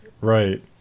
right